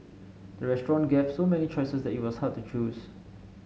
the restaurant gave so many choices that it was hard to choose